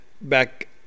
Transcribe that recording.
back –